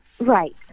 right